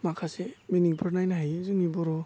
माखासे मिनिंफोर नायनो हायो जोंनि बर'